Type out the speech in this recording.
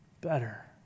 better